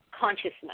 Consciousness